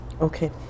Okay